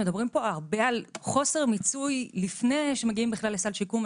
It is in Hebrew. מדברים פה הרבה על חוסר מיצוי לפני שמגיעים בכלל לסל שיקום,